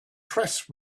press